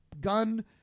gun